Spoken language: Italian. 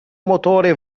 motore